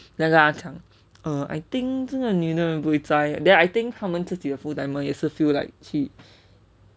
then 跟她讲:gen tae jiang err I think 这个女 buay zai then I think 他们自己的 full timer 也是 feel like 去